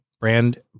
brand